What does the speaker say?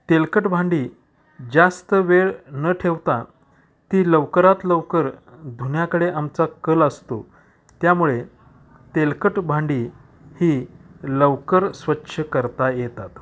तेलकट भांडी जास्त वेळ न ठेवता ती लवकरात लवकर धुण्याकडे आमचा कल असतो त्यामुळे तेलकट भांडी ही लवकर स्वच्छ करता येतात